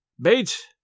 Bates